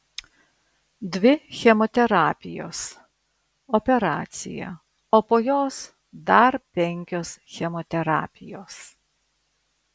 dvi chemoterapijos operacija o po jos dar penkios chemoterapijos